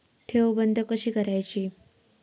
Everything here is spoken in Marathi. ठेव बंद कशी करायची?